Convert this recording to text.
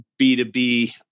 B2B